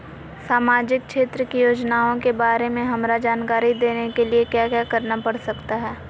सामाजिक क्षेत्र की योजनाओं के बारे में हमरा जानकारी देने के लिए क्या क्या करना पड़ सकता है?